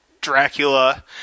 Dracula